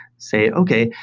say, okay.